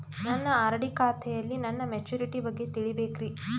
ನನ್ನ ಆರ್.ಡಿ ಖಾತೆಯಲ್ಲಿ ನನ್ನ ಮೆಚುರಿಟಿ ಬಗ್ಗೆ ತಿಳಿಬೇಕ್ರಿ